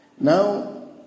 Now